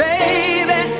Baby